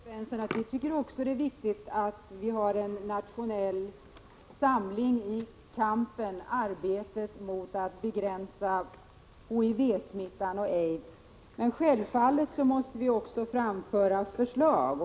Herr talman! Jag vill säga till Evert Svensson att vi också tycker att det är viktigt med en nationell samling i arbetet för att begränsa HIV-smittan och aids. Men självfallet måste vi också framföra förslag.